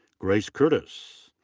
grace curdes.